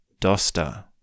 Dosta